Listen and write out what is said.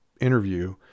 interview